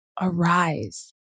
arise